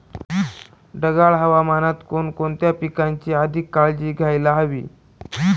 ढगाळ हवामानात कोणकोणत्या पिकांची अधिक काळजी घ्यायला हवी?